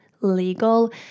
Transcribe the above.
legal